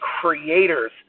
creators